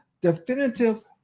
definitive